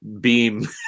beam